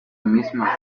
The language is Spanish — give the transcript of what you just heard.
misma